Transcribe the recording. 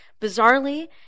Bizarrely